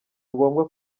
ngombwa